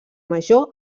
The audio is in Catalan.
major